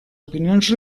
opinions